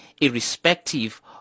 irrespective